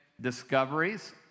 Discoveries